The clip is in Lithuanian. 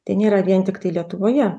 tai nėra vien tiktai lietuvoje